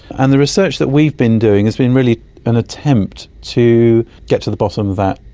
and the research that we've been doing has been really an attempt to get to the bottom of that.